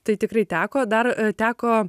tai tikrai teko dar teko